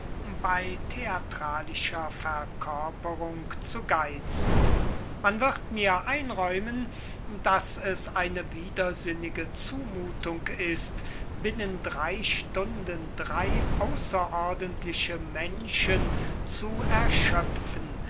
bei theatralischer verkörperung zu geitzen man wird mir einräumen daß es eine widersinnige zumuthung ist binnen drei stunden drei ausserordentliche menschen zu erschöpfen